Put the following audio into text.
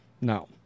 No